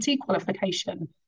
qualification